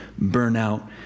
burnout